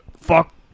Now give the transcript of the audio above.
Fuck